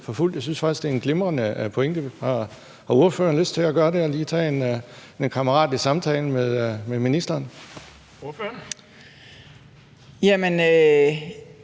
Jeg synes faktisk, det er en glimrende pointe, ordføreren har. Har ordføreren lyst til at gøre det med lige at tage en kammeratlig samtale med ministeren? Kl. 20:56 Den